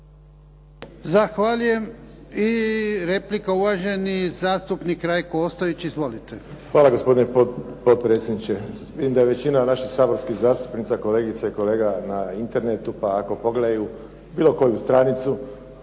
Zahvaljujem. I replika uvaženi zastupnik Rajko Ostojić. **Ostojić, Rajko (SDP)** Hvala gospodine potpredsjedniče. S time da većina naših saborskih zastupnica i zastupnika, kolegica i kolega na Internetu, pa ako pogledaju bilo koju stranicu,